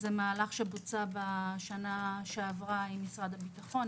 זה מהלך שבוצע בשנה שעברה עם משרד הביטחון,